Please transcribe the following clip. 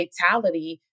fatality